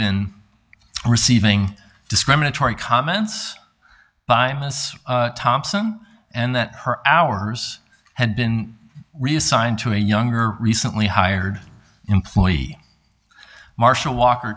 been receiving discriminatory comments by thompson and that her hours had been reassigned to a younger recently hired employee marsha walker